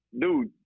dude